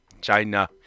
China